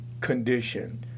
condition